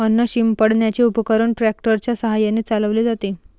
अन्न शिंपडण्याचे उपकरण ट्रॅक्टर च्या साहाय्याने चालवले जाते